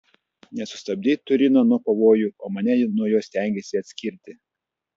nesustabdei turino nuo pavojų o mane nuo jo stengiesi atskirti